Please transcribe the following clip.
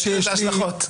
יש לזה השלכות.